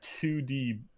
2D